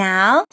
Now